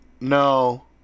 no